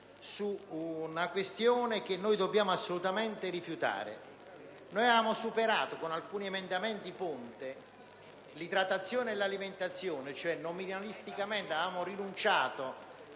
su una questione che noi dobbiamo assolutamente rifiutare. Noi avevamo superato con alcuni emendamenti ponte i termini idratazione e alimentazione, nominalisticamente cioè vi avevamo rinunciato;